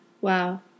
wow